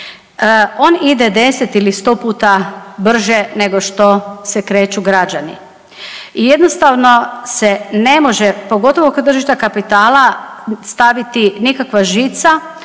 On ide 10 ili 100 puta brže nego što se kreću građani. I jednostavno se ne može, pogotovo kod tržišta kapitala staviti nikakva žica